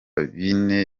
bine